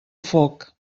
foc